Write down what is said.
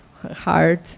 Hard